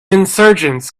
insurgents